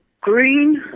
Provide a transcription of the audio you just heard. green